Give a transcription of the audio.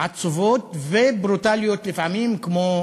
עצובות וברוטליות לפעמים, כמו